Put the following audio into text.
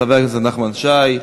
חבר הכנסת נחמן שי,